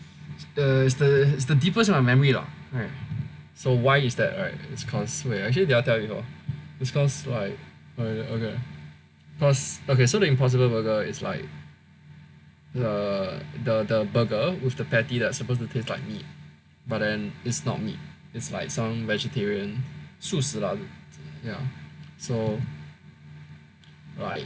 it's the it's the deepest of my memory lah right so why is that right is cause wait actually did I tell you no it's cause like okay kay so the impossible burger is like the the the burger with the patty that's supposed to taste like meat but then is not meat it's like some vegetarian 素食 lah so